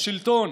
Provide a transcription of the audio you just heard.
השלטון,